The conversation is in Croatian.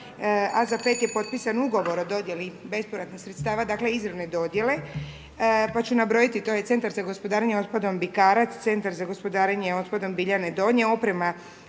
a za 5 je potpisan ugovor o dodjeli bezpovratnih sredstava dakle, izravne dodjele, pa ću nabrojiti. To je Centar za gospodarenje otpadom Bikarac, Centar za gospodarenje otpadom Biljane Donje, oprema